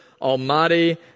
Almighty